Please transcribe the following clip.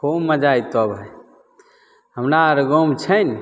खूब मजा अएतऽ भाइ हमरा आओर गाममे छै ने